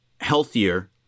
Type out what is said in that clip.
healthier